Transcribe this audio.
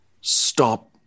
stop